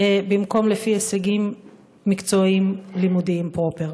במקום לפי הישגים מקצועיים לימודיים פרופר?